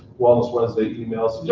wellness wednesday emails,